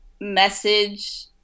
message